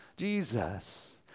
Jesus